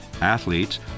Athletes